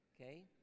okay